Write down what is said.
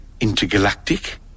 intergalactic